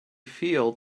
field